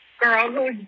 girl